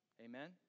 Amen